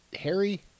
Harry